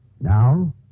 Now